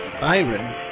Byron